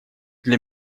для